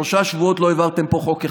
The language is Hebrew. שלושה שבועות לא העברתם פה חוק אחד,